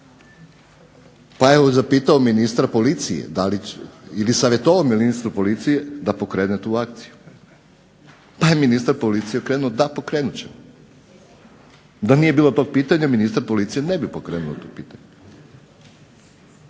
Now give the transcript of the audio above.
Pa je onda pitao ministra policije da li će, ili savjetovao ministru policije da pokrene tu akciju. Pa je ministar okrenuo da pokrenut ćemo. Da nije bilo tog pitanja ministar policije ne bi pokrenuo to pitanje.